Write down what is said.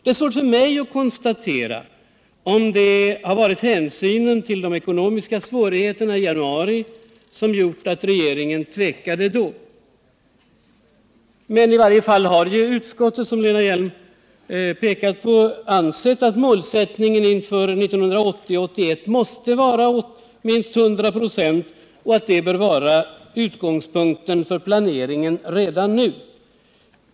Det är svårt för mig att konstatera om det har varit hänsynen till de ekonomiska svårigheterna i januari som gjorde att regeringen då tvekade. Men i varje fall har utskottet, som också Lena Hjelm-Wallén pekat på, ansett att målsättningen inför 1980/81 måste vara minst 100 96 och att detta bör vara utgångspunkten för planeringen redan nu.